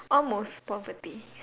almost poverty